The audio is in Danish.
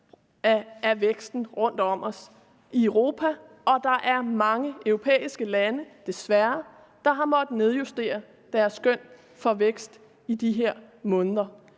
af væksten rundt om os i Europa, og der er desværre mange europæiske lande, der har måttet nedjustere deres skøn for vækst i de her måneder.